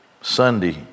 Sunday